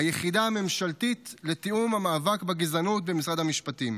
היחידה הממשלתית לתיאום המאבק בגזענות במשרד המשפטים.